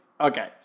okay